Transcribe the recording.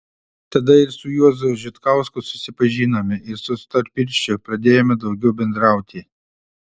tada ir su juozu žitkausku susipažinome ir su storpirščiu pradėjome daugiau bendrauti